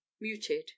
muted